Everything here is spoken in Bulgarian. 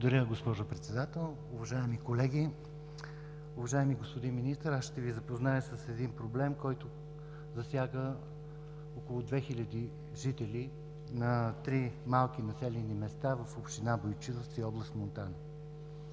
Благодаря, госпожо Председател. Уважаеми колеги! Уважаеми господин Министър, аз ще Ви запозная с един проблем, който засяга около 2000 жители на три малки населени места в община Бойчиновци, област Монтана.